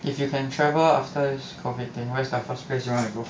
if you can travel after this COVID thing where is the first place you want to go